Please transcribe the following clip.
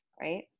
Right